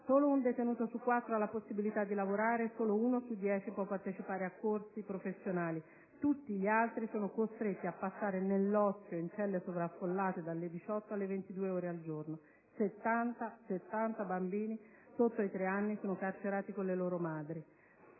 Solo un detenuto su quattro ha la possibilità di lavorare e solo uno su 10 può partecipare a corsi professionali. Tutti gli altri sono costretti a passare nell'ozio, in celle sovraffollate, dalle 18 alle 22 ore al giorno. Sono 70 i bambini sotto i tre anni carcerati con le loro madri.